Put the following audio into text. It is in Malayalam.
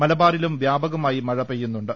മലബാറിലും വ്യാപകമായി മഴ പെയ്യുന്നുണ്ട്